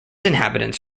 inhabitants